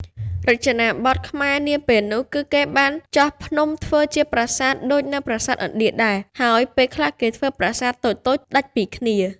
រចនាបថ ខ្មែរនាពេលនោះ គឺ គេ បានចោះភ្នំធ្វើជា ប្រាសាទ ដូចនៅ ប្រទេស ឥណ្ឌាដែរ ហើយពេលខ្លះគេធ្វើ ប្រាសាទ តូចៗដាច់ៗពីគ្នា ។